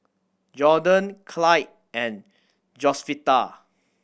Jordon Clyde and Josefita